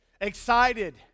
Excited